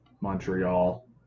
Montreal